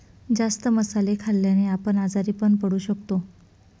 जास्त मसाले खाल्ल्याने आपण आजारी पण पडू शकतो